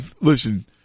listen